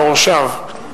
יורשיו.